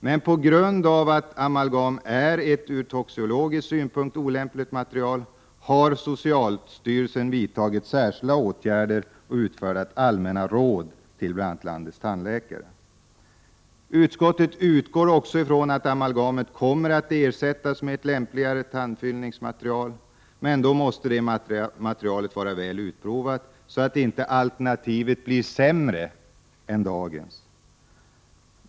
Men på grund av att amalgam är ett ur toxikologisk synpunkt olämpligt material har socialstyrelsen vidtagit särskilda åtgärder och utfärdat allmänna råd till bl.a. landets tandläkare. Utskottet utgår också ifrån att amalgamet kommer att ersättas med ett lämpligare tandfyllningsmaterial, men då måste det materialet vara väl utprovat, så att inte alternativet blir sämre än dagens material.